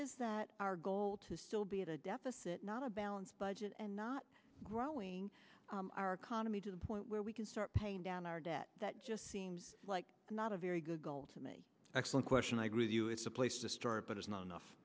is that our goal to still be at a deficit not a balanced budget and not growing our economy to the point where we can start paying down our debt that just seems like not a very good goal to me excellent question i agree with you it's a place to start but it's not enough